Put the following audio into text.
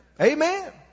Amen